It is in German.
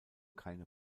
keine